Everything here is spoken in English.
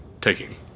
taking